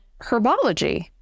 herbology